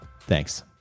Thanks